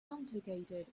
complicated